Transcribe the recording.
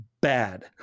bad